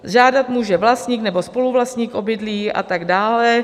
Žádat může vlastník nebo spoluvlastník obydlí a tak dále.